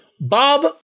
Bob